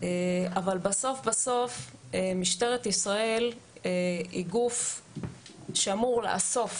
אבל בסוף בסוף משטרת ישראל היא גוף שאמור לאסוף